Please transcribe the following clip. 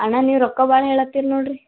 ಅಣ್ಣ ನೀವು ರೊಕ್ಕ ಭಾಳ್ ಹೇಳತ್ತೀರಿ ನೋಡ್ರಿ